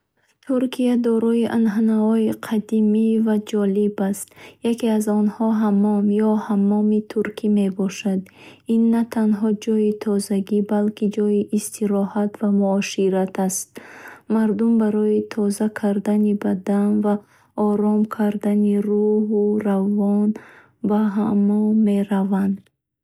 Туркия дорои анъанаҳои қадимӣ ва ҷолиб аст. Яке аз онҳо — «Ҳаммом» ё ҳаммоми туркӣ мебошад. Ин на танҳо ҷои тозагӣ, балки ҷои истироҳат ва муошират аст. Мардум барои тоза кардани бадан ва ором кардани рӯҳу равон ба ҳаммом мераванд.